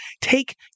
take